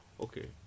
okay